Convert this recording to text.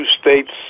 states